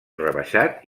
rebaixat